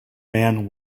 man